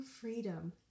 freedom